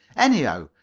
anyhow,